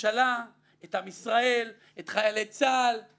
רמניה וכך אני גם לא רוצה שתהיינה הצגות או מחזות